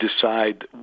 decide